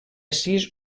sis